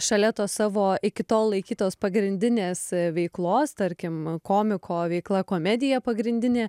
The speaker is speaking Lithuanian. šalia tos savo iki tol laikytos pagrindinės veiklos tarkim komiko veikla komedija pagrindinė